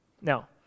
Now